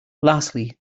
lastly